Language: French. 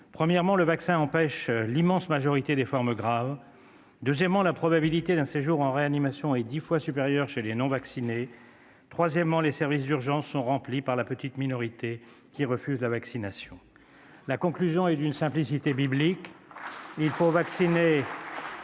premièrement, le vaccin empêche l'immense majorité des formes graves ; deuxièmement, la probabilité d'un séjour en réanimation est dix fois supérieure chez les non-vaccinés ; troisièmement, les services d'urgence sont remplis par la petite minorité qui refuse la vaccination. La conclusion est d'une simplicité biblique : il faut vacciner